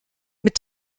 mit